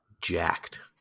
jacked